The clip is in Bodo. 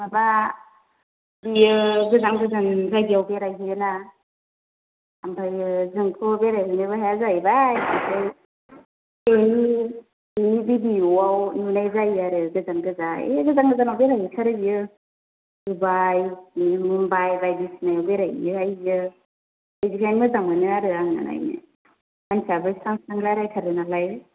माबा बियो गोजान गोजान जायगायाव बेरायहैयो ना ओमफ्राय जोंथ' बेरायहैनोबो हाया जाहैबाय ओमफ्राय बिनि बिनि भिडिय'आव नुनाय जायो आरो गोजान गोजान ओय गोजान गोजानाव बेराय हैथारो बियो दुबाइ मुम्बाइ बायदि सिनायाव बेराय हैयोहाय बियो बिदिनो मोजां मोनो आरो आं नायनो मानसिआबो स्रां स्रां रायज्लायथारो नालाय